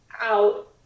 out